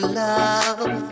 love